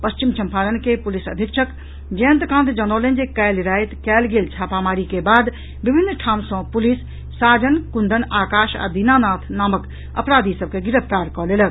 पश्चिम चंपारणक पुलिस अधीक्षक जयंतकांत जनौलनि जे काल्हि राति कयल गेल छापामारी के बाद विभिन्न ठाम सॅ पुलिस साजन कुंदन आकाश आ दीनानाथ नामक अपराधी सभ के गिरफ्तार कऽ लेलक